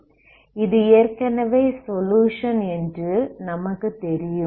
இது ஏற்கனவே சொலுயுஷன் என்று நமக்கு தெரியும்